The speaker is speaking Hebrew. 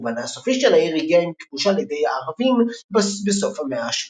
חורבנה הסופי של העיר הגיע עם כיבושה על ידי הערבים בסוף המאה ה-7.